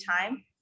time